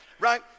Right